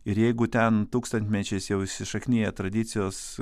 ir jeigu ten tūkstantmečiais jau įsišakniję tradicijos